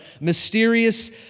mysterious